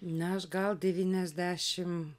na aš gal devyniasdešimt